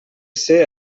ser